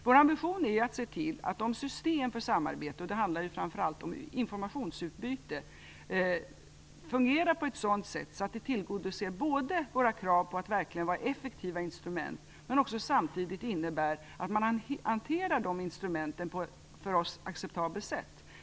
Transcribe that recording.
Vår ambition är att se till att samarbetssystemen, som framför allt gäller informationsutbyte, både fungerar på ett sådant sätt att de tillgodoser våra krav på verklig effektivitet och hanteras på ett för oss acceptabelt sätt.